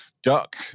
duck